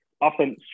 often